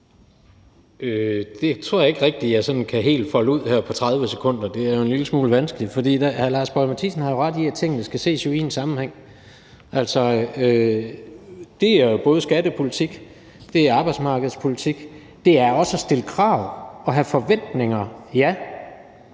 Det tror jeg ikke rigtig jeg sådan helt kan folde ud her på 30 sekunder. Det er en lille smule vanskeligt, for hr. Lars Boje Mathiesen har jo ret i, at tingene skal ses i en sammenhæng. Altså, det handler både om skattepolitik og arbejdsmarkedspolitik og også om at stille krav og have forventninger til